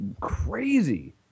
crazy